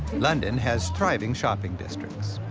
london has thriving shopping districts.